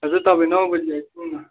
हजुर तपाईँ नौ बजी आइपुग्नु न